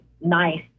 nice